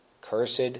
Cursed